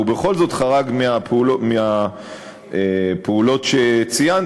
והוא בכל זאת חרג מהפעולות שציינתי,